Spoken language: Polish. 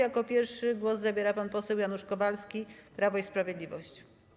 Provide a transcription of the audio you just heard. Jako pierwszy głos zabierze pan poseł Janusz Kowalski, Prawo i Sprawiedliwość.